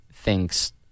thinks